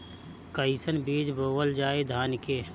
कईसन बीज बोअल जाई धान के?